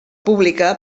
pública